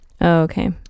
okay